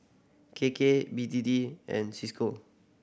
K K B T T and Cisco